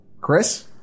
Chris